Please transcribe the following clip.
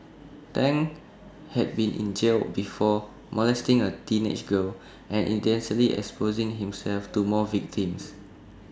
Tang had been in jail would before molesting A teenage girl and indecently exposing himself to more victims